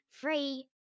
free